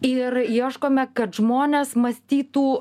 ir ieškome kad žmonės mąstytų